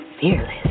fearless